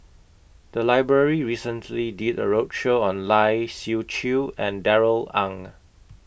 The Library recently did A roadshow on Lai Siu Chiu and Darrell Ang